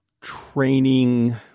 training